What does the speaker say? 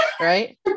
Right